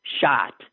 shot